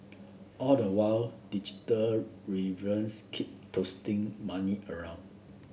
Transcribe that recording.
all the while digital rivals keep tossing money around